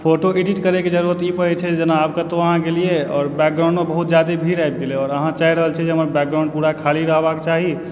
photo edit करयके जरुरत ई पड़ैत छै जेना आब कतहुँ अहाँ गेलियै आओर बैकग्राउण्डमे बहुत जादे भीड़ आबि गेलय आओर अहाँ चाही रहल छी जे हमर बैकग्राउण्ड पूरा खाली रहबाक चाही